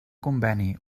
conveni